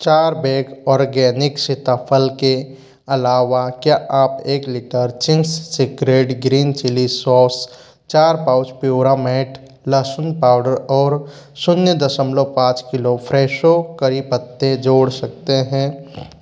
चार bag organic सीताफल के अलावा क्या आप एक litre Ching's secret green chilli sauce चार पाउच प्युरामेट लहसुन पाउडर और शून्य दशमलव पाँच किलो फ़्रेशो करी पत्ते जोड़ सकते हैं